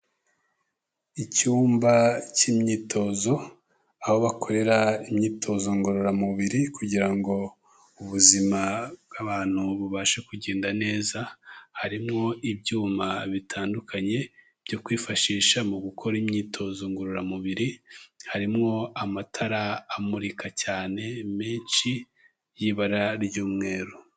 Icyumba cy'imyitozo, aho bakorera imyitozo ngororamubiri kugira ngo ubuzima bw'abantu bubashe kugenda neza, harimo ibyuma bitandukanye byo kwifashisha mu gukora imyitozo ngororamubiri, harimo amatara amurika cyane menshi y'ibara ry'umweru.